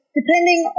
depending